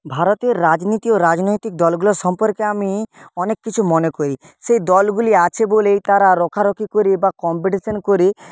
ভারতের রাজনীতি ও রাজনৈতিক দলগুলো সম্পর্কে আমি অনেক কিছু মনে করি সেই দলগুলি আছে বলেই তারা রোখারোখি করে বা কম্পিটিশান করে